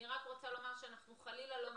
אני רק רוצה להגיד שאנחנו חלילה לא מזלזלים,